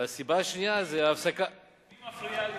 והסיבה השנייה היא הפסקת, מי מפריע לזה?